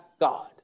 God